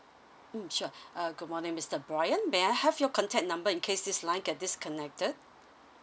mm sure uh good morning mister bryan may I have your contact number in case this line get disconnected